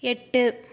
எட்டு